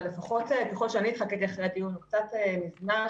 אבל לפחות ככל שאני עקבתי אחרי הדיון הוא קצת נזנח.